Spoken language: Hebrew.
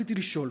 רציתי לשאול: